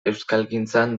euskalgintzan